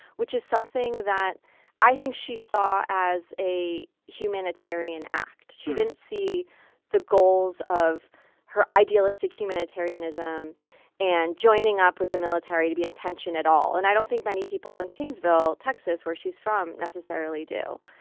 which is something that i think she saw as a humanitarian act. she didn't see the goals of her idealistic humanitarianism humanitarianism and joining up with the military to be intention at all. and i don't think many people in kingsville, texas, where she's from necessarily do.